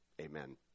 Amen